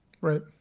Right